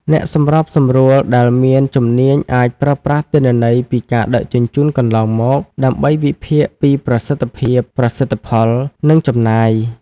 អ្នកសម្របសម្រួលដែលមានជំនាញអាចប្រើប្រាស់ទិន្នន័យពីការដឹកជញ្ជូនកន្លងមក ដើម្បីវិភាគពីប្រសិទ្ធភាព ប្រសិទ្ធផល និងចំណាយ។